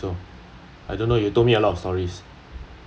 I don't think so I don't know you told me a lot of stories